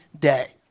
day